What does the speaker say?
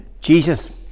Jesus